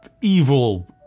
evil